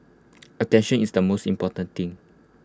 attention is the most important thing